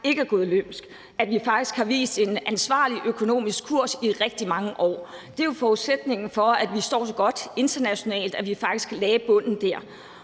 ikke er løbet løbsk – at vi faktisk har vist en ansvarlig økonomisk kurs i rigtig mange år. Det er jo forudsætningen for, at vi står så godt internationalt, at vi faktisk lagde bunden der.